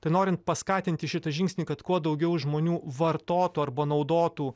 tai norint paskatinti šitą žingsnį kad kuo daugiau žmonių vartotų arba naudotų